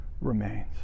remains